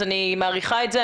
אני מעריכה את זה.